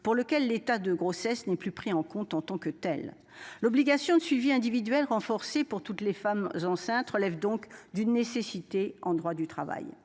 pour lequel l'état de grossesse n'est plus pris en compte en tant que telle l'obligation de suivi individuel renforcé pour toutes les femmes enceintes relève donc d'une nécessité en droit du travail.